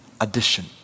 addition